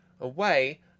away